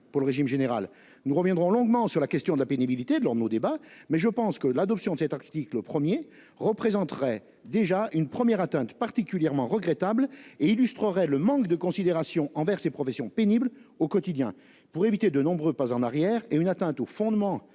pour le régime général. Nous reviendrons longuement sur la question de la pénibilité lors de nos débats, mais je pense que l'adoption de l'article 1 représenterait déjà une première atteinte particulièrement regrettable à notre système de protection sociale et illustrerait le manque de considération envers ces professions pénibles au quotidien. Pour éviter de nombreux pas en arrière et une atteinte aux fondements